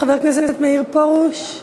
חבר הכנסת מאיר פרוש?